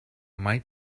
might